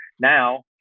now